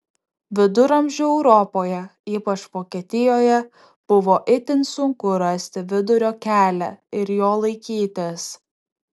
viduramžių europoje ypač vokietijoje buvo itin sunku rasti vidurio kelią ir jo laikytis